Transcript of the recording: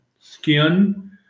skin